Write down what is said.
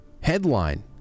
Headline